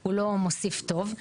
היא לא מוסיפה טוב.